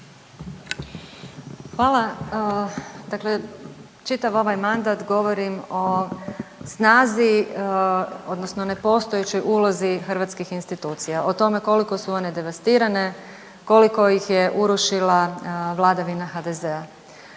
Dakle čitav ovaj mandat govorim o snazi odnosno nepostojećoj ulozi hrvatskih institucija, o tome koliko su one devastirane, koliko ih je urušila vladavina HDZ-a.